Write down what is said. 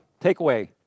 takeaway